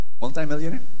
Multimillionaire